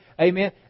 Amen